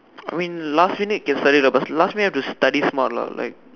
I mean last minute can study lah but last minute have to study smart lah like